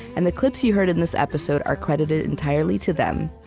and the clips you heard in this episode are credited entirely to them.